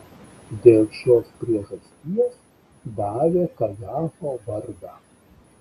dėl šios priežasties davė kajafo vardą